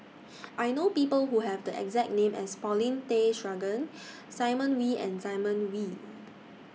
I know People Who Have The exact name as Paulin Tay Straughan Simon Wee and Simon Wee